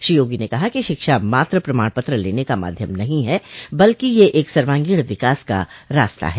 श्री योगी ने कहा कि शिक्षा मात्र प्रमाण पत्र लेने का माध्यम नहीं है बल्कि यह एक सर्वांगीण विकास का रास्ता है